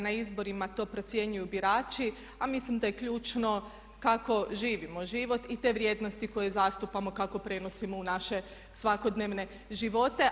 Na izborima to procjenjuju birači a mislim da je ključno kako živimo život i te vrijednosti koje zastupamo kako prenosimo u naše svakodnevne živote.